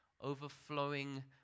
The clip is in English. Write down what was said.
overflowing